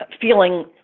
feeling